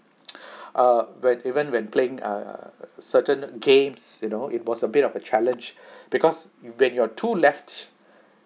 uh when even when playing err certain games you know it was a bit of a challenge because when you're too left